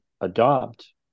adopt